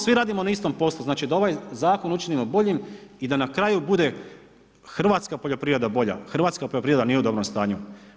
Svi radimo na istom poslu, znači da ovaj zakon učinimo boljim i da na kraju bude hrvatska poljoprivreda bolja, hrvatska poljoprivreda nije u dobrom stanu.